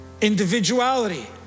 individuality